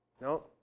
No